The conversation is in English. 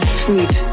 sweet